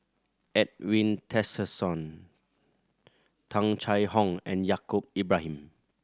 Edwin Tessensohn Tung Chye Hong and Yaacob Ibrahim